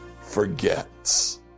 forgets